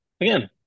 Again